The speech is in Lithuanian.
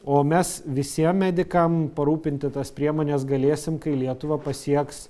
o mes visiem medikam parūpinti tas priemones galėsim kai lietuvą pasieks